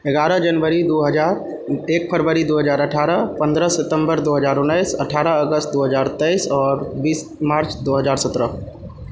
एगारह जनवरी दू हजार एक फरवरी दू हजार अठारह पन्द्रह सितम्बर दू हजार उनैस अठारह अगस्त दू हजार तैइस आओर बीस मार्च दू हजार सतरह